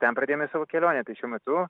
ten pradėjome savo kelionę tai šiuo metu